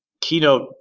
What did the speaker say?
keynote